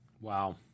Wow